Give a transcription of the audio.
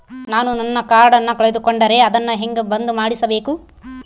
ನಾನು ನನ್ನ ಕಾರ್ಡನ್ನ ಕಳೆದುಕೊಂಡರೆ ಅದನ್ನ ಹೆಂಗ ಬಂದ್ ಮಾಡಿಸಬೇಕು?